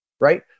Right